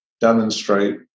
demonstrate